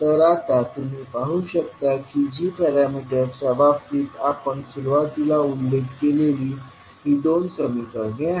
तर आता तुम्ही पाहू शकता की g पॅरामीटर्सच्या बाबतीत आपण सुरुवातीला उल्लेख केलेली ही दोन समीकरणे आहेत